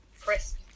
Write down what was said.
crisp